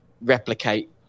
replicate